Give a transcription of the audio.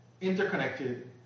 interconnected